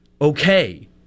okay